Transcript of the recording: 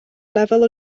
lefel